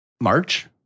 march